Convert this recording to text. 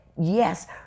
yes